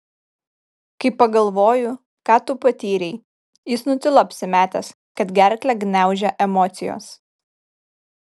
kai pagalvoju ką tu patyrei jis nutilo apsimetęs kad gerklę gniaužia emocijos